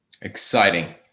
Exciting